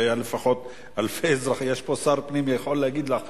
יש פה שר פנים לשעבר,